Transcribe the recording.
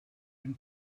and